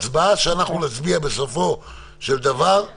ההצבעה שנצביע עליה